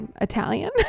italian